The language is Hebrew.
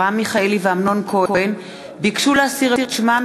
אברהם מיכאלי ואמנון כהן ביקשו להסיר את שמותיהם